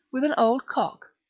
with an old cock,